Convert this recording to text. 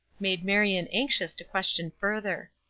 made marion anxious to question further.